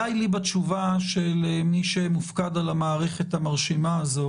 די לי בתשובה של מי שמופקד על המערכת המרשימה הזו